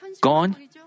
gone